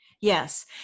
Yes